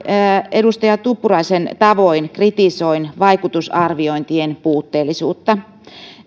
edustaja tuppuraisen tavoin kritisoin vaikutusarviointien puutteellisuutta